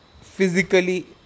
physically